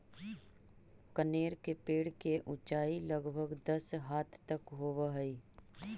कनेर के पेड़ के ऊंचाई लगभग दस हाथ तक होवऽ हई